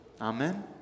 Amen